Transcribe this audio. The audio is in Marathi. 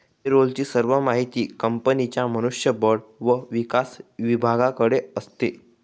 पे रोल ची सर्व माहिती कंपनीच्या मनुष्य बळ व विकास विभागाकडे असते